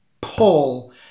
pull